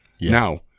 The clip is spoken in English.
Now